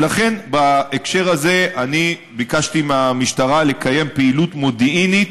ולכן בהקשר הזה אני ביקשתי מהמשטרה לקיים פעילות מודיעינית